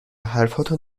حرفاتو